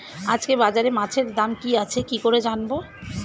আজকে বাজারে মাছের দাম কি আছে কি করে জানবো?